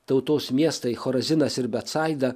tautos miestai chorozinas ir beatsaida